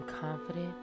confident